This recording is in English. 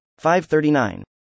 539